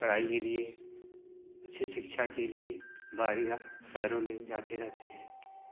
पढ़ाई के लिए अच्छे शिक्षा के लिए बाहरी गां शहरों में जाते रहते हैं